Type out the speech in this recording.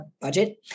budget